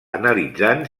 analitzant